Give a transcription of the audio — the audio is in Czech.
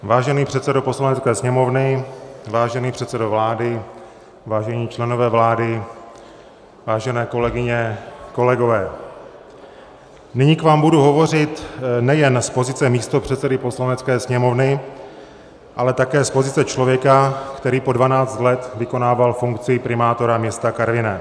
Vážený předsedo Poslanecké sněmovny, vážený předsedo vlády, vážení členové vlády, vážené kolegyně, kolegové, nyní k vám budu hovořit nejen z pozice místopředsedy Poslanecké sněmovny, ale také z pozice člověka, který po 12 let vykonával funkci primátora města Karviné.